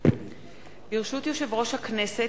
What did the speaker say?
ברשות יושב-ראש הכנסת,